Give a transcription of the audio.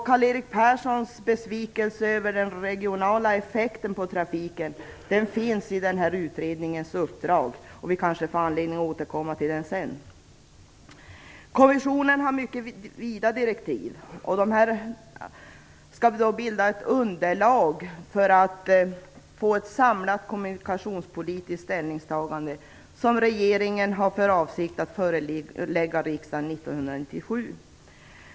Karl Erik Persson sade att han var besviken över att frågan om den regionala effekten på trafiken saknades. Men det finns alltså med i utredningens uppdrag, och det är någonting som vi kanske får anledning att återkomma till senare. Kommissionen har mycket vida direktiv som skall bilda ett underlag för att få ett samlat kommunikationspolitiskt ställningstagande, som regeringen har för avsikt att förelägga riksdagen 1997.